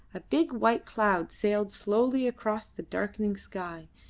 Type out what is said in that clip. a big white cloud sailed slowly across the darkening sky,